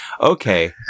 Okay